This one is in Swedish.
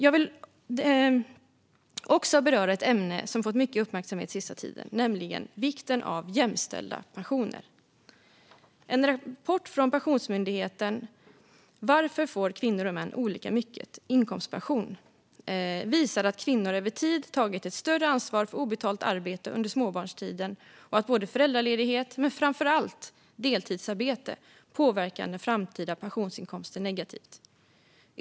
Jag vill också beröra ett ämne som fått mycket uppmärksamhet den senaste tiden, nämligen vikten av jämställda pensioner. Rapporten Varför får kvinnor och män olika mycket i inkomstpension? från Pensionsmyndigheten visar att kvinnor över tid tagit ett större ansvar för obetalt arbete under småbarnstiden och att både föräldraledighet och framför allt deltidsarbete påverkar den framtida pensionsinkomsten negativt.